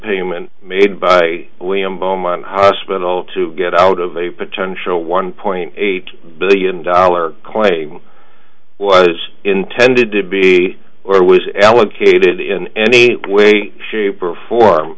payment made by william boman hospital to get out of a potential one point eight billion dollar claim was intended to be or was allocated in any way shape or form